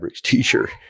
t-shirt